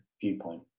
viewpoint